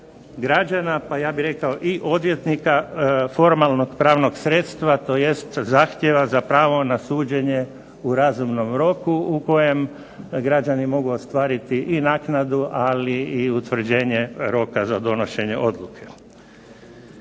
građana, pa ja bih rekao i odvjetnika formalnog pravnog sredstva, tj. zahtjeva za pravo na suđenje u razumnom roku u kojem građani mogu ostvariti i naknadu, ali i utvrđenje roka za donošenje odluke.